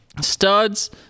studs